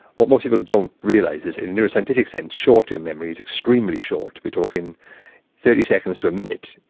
what most people don't realise is in a neuroscientific sense, short term and memory is extremely short. we are talking thirty seconds to a minute.